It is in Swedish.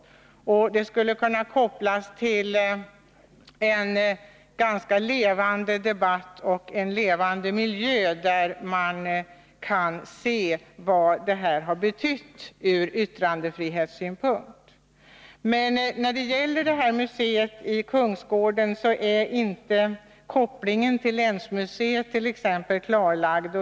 Det skulle kunna kopplas till en ganska levande debatt och en levande miljö, där man kan se vad detta har betytt ur yttrandefrihetssynpunkt. När det gäller museet i Kungsgården, är inte kopplingen till länsmuseet klarlagd.